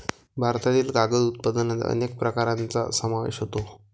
भारतातील कागद उत्पादनात अनेक प्रकारांचा समावेश होतो